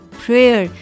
prayer